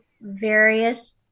various